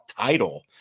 title